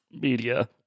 media